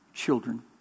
Children